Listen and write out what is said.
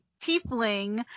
Tiefling